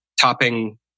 topping